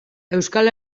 euskal